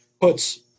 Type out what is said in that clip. puts